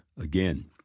again